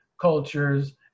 cultures